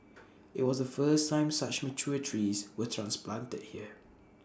IT was the first time such mature trees were transplanted here